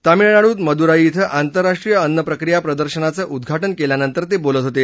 तामिळनाडूत मदुराई इथं आंतरराष्ट्रीय अन्न प्रक्रिया प्रदर्शनाचं उद्घाज़ केल्यानंतर ते बोलत होते